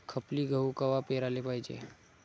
खपली गहू कवा पेराले पायजे?